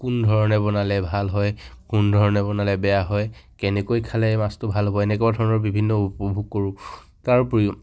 কোন ধৰণে বনালে ভাল হয় কোন ধৰণে বনালে বেয়া হয় কেনেকৈ খালে এই মাছটো ভাল হ'ব এনেকুৱা ধৰণৰ বিভিন্ন উপভোগ কৰোঁ তাৰোপৰিও